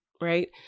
right